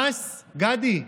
גדי,